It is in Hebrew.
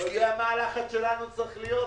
ינון, אתה יודע מה הלחץ שלנו צריך להיות?